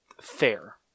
fair